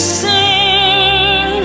sing